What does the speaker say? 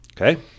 Okay